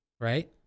Right